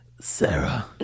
sarah